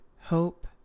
hope